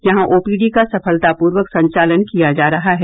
यहां ओपीडी का सफलतापूर्वक संचालन किया जा रहा है